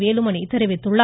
வேலுமணி தெரிவித்துள்ளார்